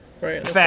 right